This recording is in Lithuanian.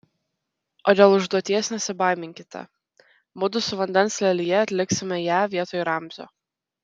o dėl užduoties nesibaiminkite mudu su vandens lelija atliksime ją vietoj ramzio